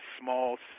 small